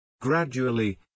Gradually